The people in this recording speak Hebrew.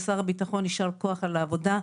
לשר הביטחון ישר כוח על העבודה,